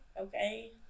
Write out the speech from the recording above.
okay